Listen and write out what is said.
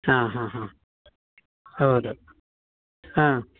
ಹಾಂ ಹಾಂ ಹಾಂ ಹೌದು ಹಾಂ